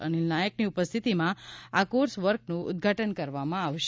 અનિલ નાયકની ઉપસ્થિતિમાં આ કોર્ષવર્કનું ઉદઘાટન કરવામાં આવશે